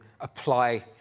apply